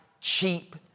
cheap